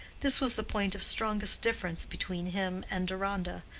this was the point of strongest difference between him and deronda,